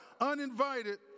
uninvited